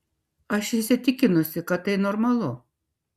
aš įsitikinusi kad tai normalu